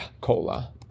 cola